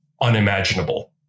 unimaginable